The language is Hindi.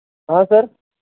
हाँ सर